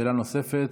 שאלה נוספת.